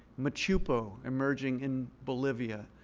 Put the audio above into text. machupo emerging in bolivia,